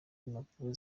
impapuro